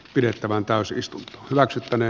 pidettävään täysistunto hyväksyttänee